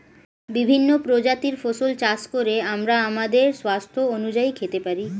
বিভিন্ন প্রজাতির ফসল চাষ করে আমরা আমাদের স্বাস্থ্য অনুযায়ী খেতে পারি